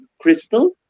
Crystal